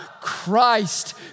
Christ